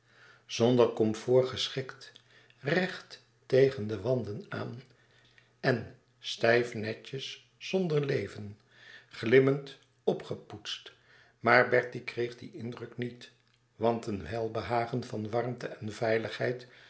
zonder comfort geschikt recht tegen de wanden aan en stijf netjes zonder leven glimpend opgepoetst maar bertie kreeg dien indruk niet want een welbehagen van warmte en veiligheid